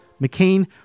McCain